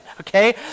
okay